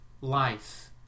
life